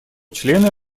члены